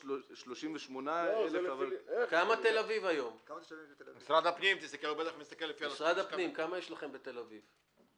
438,000. משרד הפנים, כמה יש לכם בתל אביב?